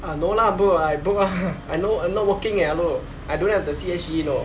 ah no lah bro I broke ah I no~ I'm not working eh hello I don't have the C_S_G you know